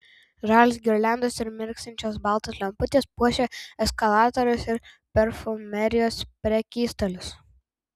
žalios girliandos ir mirksinčios baltos lemputės puošia eskalatorius ir parfumerijos prekystalius